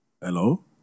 Hello